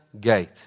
gate